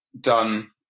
done